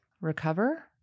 recover